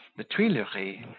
the tuileries,